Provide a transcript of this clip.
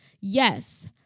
yes